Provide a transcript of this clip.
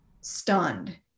stunned